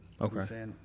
Okay